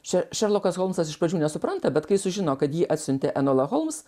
čia šerlokas holmsas iš pradžių nesupranta bet kai sužino kad jį atsiuntė enola holms